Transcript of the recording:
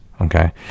Okay